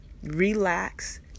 relax